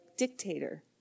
dictator